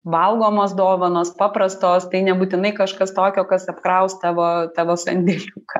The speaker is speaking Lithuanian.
valgomos dovanos paprastos tai nebūtinai kažkas tokio kas apkraus tavo tavo sandėliuką